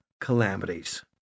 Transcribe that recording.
calamities